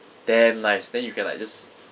damn nice then you can like just